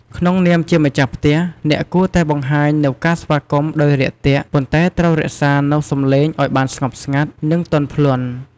ក្នុងនាមជាម្ចាស់ផ្ទះ អ្នកគួរតែបង្ហាញនូវការស្វាគមន៍ដោយរាក់ទាក់ ប៉ុន្តែត្រូវរក្សានូវសំឡេងឲ្យបានស្ងប់ស្ងាត់ និងទន់ភ្លន់។